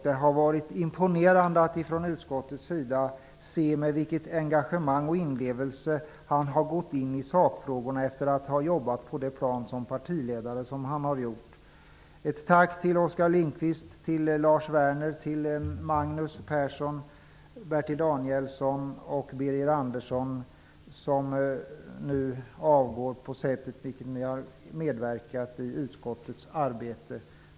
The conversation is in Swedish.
Vi har varit imponerade i utskottet av det engagemang och inlevelse som han har gått in i sakfrågorna med, efter att ha jobbat som partiledare. Persson, Bertil Danielsson och Birger Andersson, som nu avgår, för det sätt på vilket ni har medverkat i utskottets arbete.